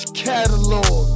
catalog